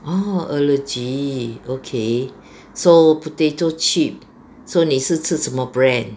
orh allergy okay so potato chip so 你是吃什么 brand